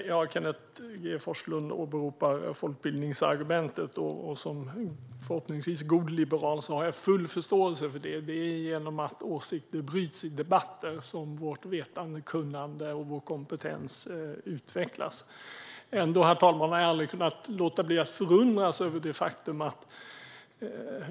Herr talman! Kenneth G Forslund åberopar folkbildningsargumentet, och som förhoppningsvis god liberal har jag full förståelse för det. Det är genom att åsikter bryts i debatten som vårt vetande och kunnande och vår kompetens utvecklas. Herr talman!